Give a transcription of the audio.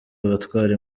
abatwara